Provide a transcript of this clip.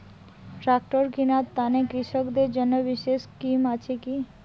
Tractor কিনার তানে কৃষকদের জন্য বিশেষ স্কিম আছি কি?